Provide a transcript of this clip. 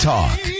Talk